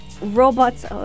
Robots